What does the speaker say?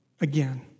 again